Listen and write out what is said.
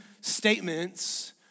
statements